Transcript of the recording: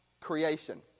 creation